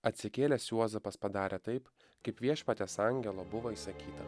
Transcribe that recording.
atsikėlęs juozapas padarė taip kaip viešpaties angelo buvo įsakyta